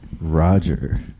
roger